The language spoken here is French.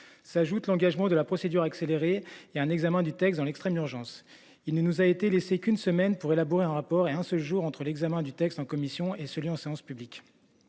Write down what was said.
ajoute l'engagement de la procédure accélérée, qui impose un examen du texte dans l'extrême urgence : il ne nous a été laissé qu'une semaine pour élaborer un rapport et une journée seulement sépare l'examen du texte en commission de son passage en séance publique